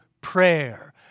prayer